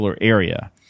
area